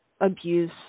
abuse